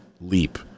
leap